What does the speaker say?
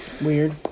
Weird